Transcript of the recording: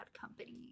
company